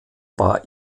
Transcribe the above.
war